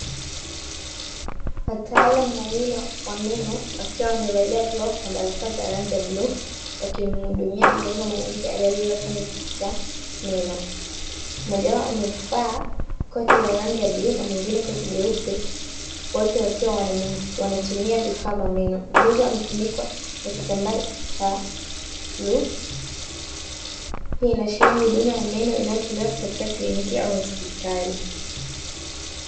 Wataalamu wawili wa meno wakiwa wamevalia glovu na barakoa za rangi ya bluu, wakimhudumia mgonjwa mwanamke aliyelala kwenye kiti cha meno. Mmoja wao amevaa koti la rangi ya bluu na mwingine koti jeupe, wote wakiwa wanatumia vifaa vya meno; mgonjwa amefunikwa na kitambaa cha rangi ya bluu. Hii inaashiria huduma ya meno inayotolewa katika kliniki au hospitali.